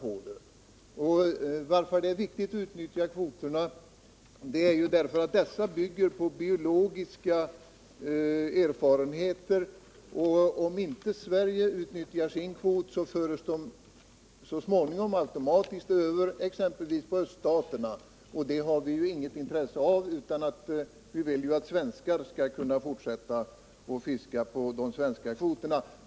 Det är nämligen viktigt att utnyttja kvoterna, eftersom dessa bygger på biologiska undersökningar. Om inte Sverige utnyttjar sin kvot så förs den automatiskt över exempelvis på öststaterna. Det har vi ju inget intresse av, utan vi vill att svenskar skall kunna fortsätta att fiska på de svenska kvoterna.